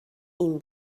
این